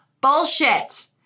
bullshit